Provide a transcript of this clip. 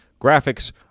graphics